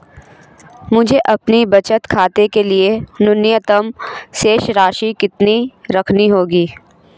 मुझे अपने बचत खाते के लिए न्यूनतम शेष राशि कितनी रखनी होगी?